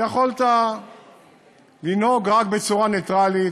יכולת לנהוג רק בצורה נייטרלית.